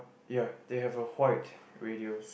ya they have a white radio